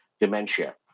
dementia